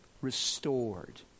restored